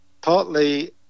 partly